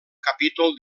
capítol